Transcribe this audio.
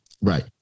Right